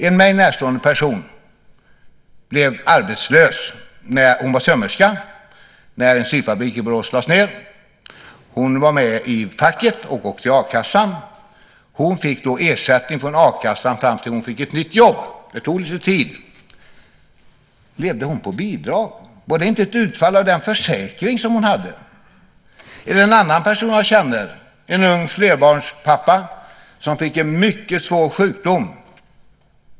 En mig närstående person blev arbetslös sömmerska när en syfabrik i Borås lades ned. Hon var med i facket och också i a-kassan. Hon fick då ersättning från a-kassan fram till det att hon fick ett nytt jobb. Det tog sin tid. Levde hon på bidrag? Var inte det ett utfall av den försäkring som hon hade? En annan person jag känner, en ung flerbarnspappa, fick en mycket svår sjukdom.